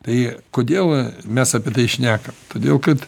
tai kodėl mes apie tai šnekam todėl kad